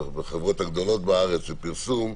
מהחברות הגדולות בארץ לפרסום,